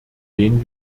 den